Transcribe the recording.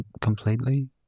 completely